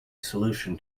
solution